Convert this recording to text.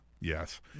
Yes